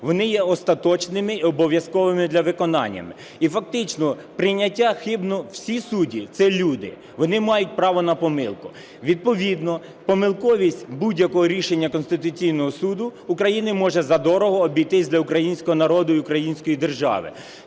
вони є остаточними і обов'язковими до виконання. І фактично прийняття хибного... Всі судді – це люди, вони мають право на помилку. Відповідно помилковість будь-якого рішення Конституційного Суду України може задорого обійтись для українського народу і української держави.